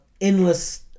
endless